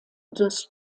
des